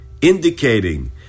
indicating